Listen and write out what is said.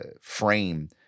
frame